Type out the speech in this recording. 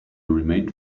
remained